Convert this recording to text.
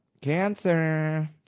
cancer